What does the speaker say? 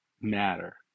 matter